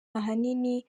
ahanini